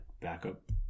backup